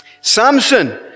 Samson